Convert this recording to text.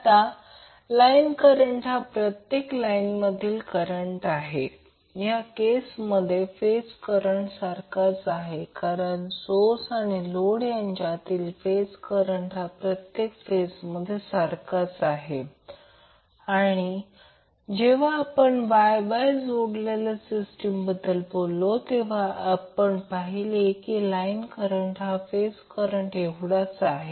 आता line current हा प्रत्येक लाईनमधील करंट आहे या केसमध्ये फेज करंट सारखाच आहे कारण सोर्स आणि लोड यांच्यातील फेज करंट हा प्रत्येक फेजमध्ये सारखाच आहे आणि जेव्हा आपण Y Y जोडलेल्या सिस्टीमबद्दल बोललो तेव्हा आपण पाहिले की लाईन करंट हा फेज करंट एवढाच आहे